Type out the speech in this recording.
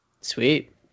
Sweet